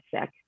sick